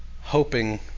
hoping